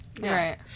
Right